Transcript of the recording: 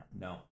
No